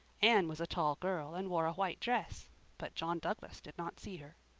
anne was a tall girl and wore a white dress but john douglas did not see her.